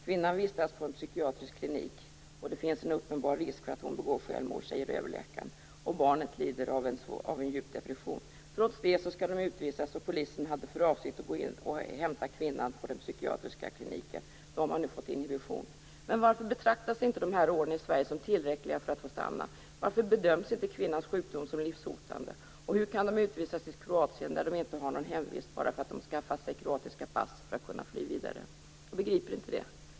Kvinnan vistas på en psykiatrisk klinik. Det finns en uppenbar risk för att hon begår självmord, säger överläkaren, och barnet lider av en djup depression. Trots det skall de utvisas. Polisen hade för avsikt att gå in på den psykiatriska kliniken och hämta kvinnan. De har nu fått inhibition. Varför betraktas inte dessa år i Sverige som tillräckliga för att de skall få stanna? Varför bedöms inte kvinnans sjukdom som livshotande? Hur kan de utvisas till Kroatien, där de inte har någon hemvist, bara därför att de skaffat sig kroatiska pass för att kunna fly vidare? Jag begriper inte det.